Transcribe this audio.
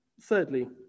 Thirdly